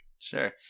Sure